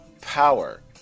power